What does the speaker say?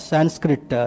Sanskrit